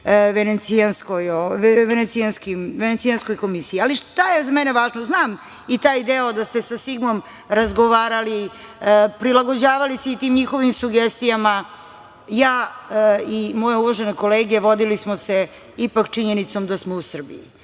Venecijanskoj komisiji, ali šta je za mene važno? Znam i taj deo da ste sa Sigmom razgovarali, prilagođavali svim tim njihovim sugestijama. Ja i moje uvažene kolege vodili smo se ipak činjenicom da smo u Srbiji,